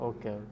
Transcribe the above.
Okay